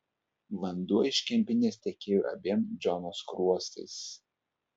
vanduo iš kempinės tekėjo abiem džono skruostais